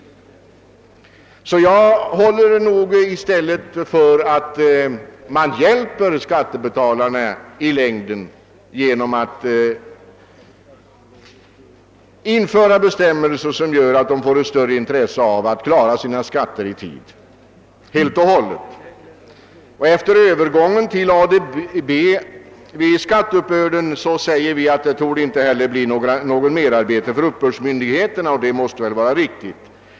Jag hävdar alltså att man i längden hjälper skattebetalarna genom att införa bestämmelser som gör att de får större intresse av att betala sina skatter i tid. Efter övergången till ADB vid skatteuppbörden torde det inte heller bli något merarbete för uppbördsmyndigheterna.